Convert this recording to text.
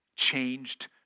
changed